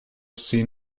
seen